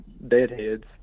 deadheads